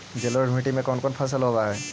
जलोढ़ मट्टी में कोन कोन फसल होब है?